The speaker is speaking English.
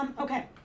Okay